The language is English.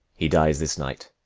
he dies this night,